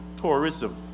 tourism